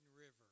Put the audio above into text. River